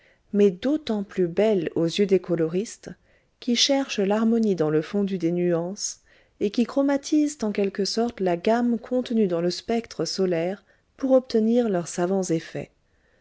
mais d'autant plus belles aux yeux des coloristes qui cherchent l'harmonie dans le fondu des nuances et qui chromatisent en quelque sorte la gamme contenue dans le spectre solaire pour obtenir leurs savants effets